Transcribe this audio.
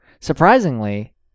Surprisingly